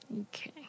Okay